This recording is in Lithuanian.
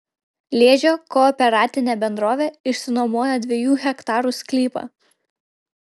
liežio kooperatinė bendrovė išsinuomojo dviejų hektarų sklypą